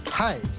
Hi